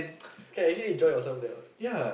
can actually enjoy yourself there [what]